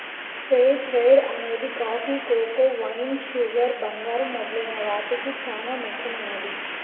fair trade అనేది coffee, cocoa, wine, sugar, బంగారం మొదలైన వాటికి చానా ముఖ్యమైనది